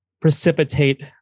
precipitate